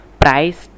price